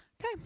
Okay